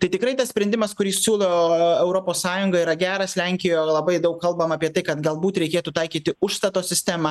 tai tikrai tas sprendimas kurį siūlo europos sąjunga yra geras lenkijo labai daug kalbama apie tai kad galbūt reikėtų taikyti užstato sistemą